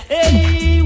Hey